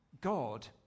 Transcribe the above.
God